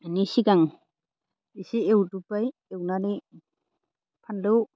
बेनि सिगां एसे एवद'ब्बाय एवनानै फानलौ